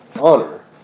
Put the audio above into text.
honor